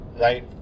right